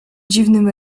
dziwnym